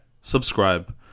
subscribe